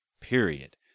period